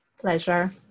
Pleasure